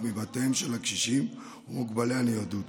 מבתיהם של הקשישים ומוגבלי הניידות.